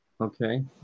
Okay